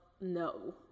no